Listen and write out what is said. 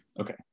okay